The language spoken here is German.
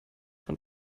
von